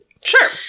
Sure